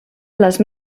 les